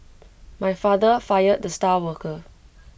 my father fired the star worker